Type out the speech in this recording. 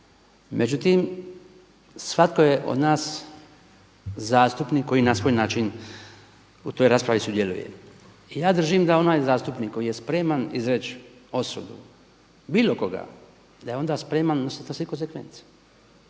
međutim svatko je od nas zastupnik koji na svoj način u toj raspravi sudjeluje. Ja držim da onaj zastupnik koji je spreman izreći osudu bilo koga da je onda spreman na sve konzekvence.